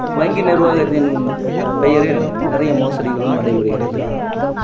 வங்கி நிர்வாகத்தின் பெயரில் நிறைய மோசடிகளும் நடைபெறுகிறது